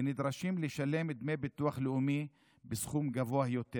ונדרשים לשלם את דמי הביטוח הלאומי בסכום גבוה יותר